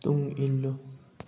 ꯇꯨꯡ ꯏꯜꯂꯨ